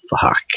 Fuck